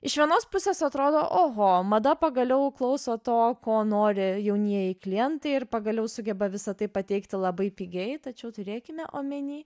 iš vienos pusės atrodo oho mada pagaliau klauso to ko nori jaunieji klientai ir pagaliau sugeba visa tai pateikti labai pigiai tačiau turėkime omeny